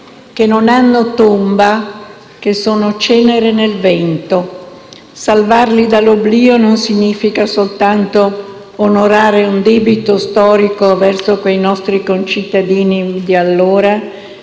che non hanno tomba, che sono cenere nel vento. Salvarli dall'oblio non significa soltanto onorare un debito storico verso quei nostri concittadini di allora,